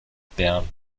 bern